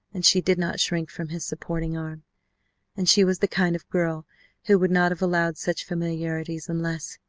and she did not shrink from his supporting arm and she was the kind of girl who would not have allowed such familiarities unless